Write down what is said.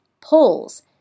polls